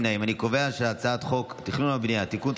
את הצעת חוק התכנון והבנייה (תיקון,